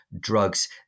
drugs